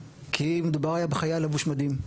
כי היה מדובר בחייל לבוש מדים.